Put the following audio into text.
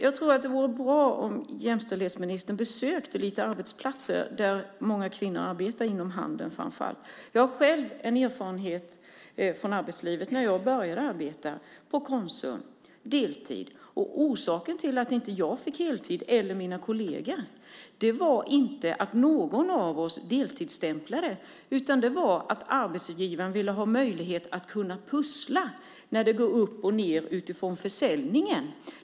Jag tror att det vore bra om jämställdhetsministern besökte några arbetsplatser, där många kvinnor arbetar, inom handeln framför allt. Jag har själv en erfarenhet från arbetslivet när jag började arbeta deltid på Konsum. Orsaken till att jag inte fick heltid eller mina kolleger var inte att någon av oss deltidsstämplade, utan det var att arbetsgivaren ville ha möjlighet att kunna pussla när det gick upp och ned med försäljningen.